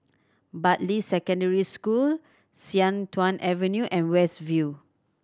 Bartley Secondary School Sian Tuan Avenue and West View